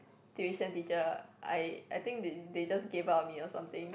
tuition teacher I I think they they just gave up on me or something